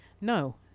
No